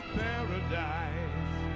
paradise